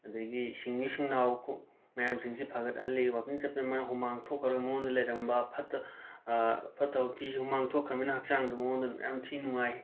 ꯑꯗꯒꯤ ꯁꯤꯡꯂꯤ ꯁꯤꯡꯅꯥꯎ ꯈꯨ ꯃꯌꯥꯝꯁꯤꯡꯁꯤ ꯐꯒꯠꯍꯜꯂꯤ ꯋꯥꯀꯤꯡ ꯆꯠꯄꯩ ꯃꯥꯏ ꯍꯨꯃꯥꯡ ꯊꯣꯈ꯭ꯔꯒ ꯃꯉꯣꯟꯗ ꯂꯩꯔꯝꯕ ꯐꯠꯇ ꯐꯠꯇ ꯍꯧꯊꯤꯁꯤꯡ ꯍꯨꯃꯥꯡ ꯊꯣꯈꯪꯔꯝꯅꯤꯅ ꯍꯛꯆꯥꯡꯗꯨ ꯃꯉꯣꯟꯗ ꯌꯥꯝ ꯊꯤ ꯅꯨꯡꯉꯥꯏ